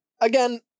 again